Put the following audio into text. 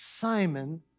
Simon